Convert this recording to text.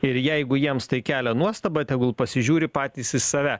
ir jeigu jiems tai kelia nuostabą tegul pasižiūri patys į save